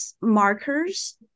markers